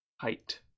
Height